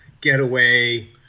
Getaway